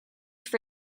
for